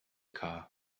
car